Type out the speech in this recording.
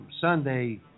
Sunday